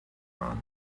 run